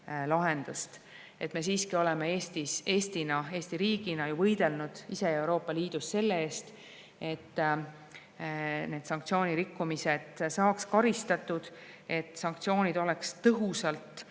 lahendust. Me siiski oleme Eesti riigina ju võidelnud ise Euroopa Liidus selle eest, et need sanktsioonirikkumised saaks karistatud, et sanktsioonid oleks tõhusalt